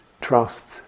trust